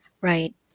right